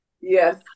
Yes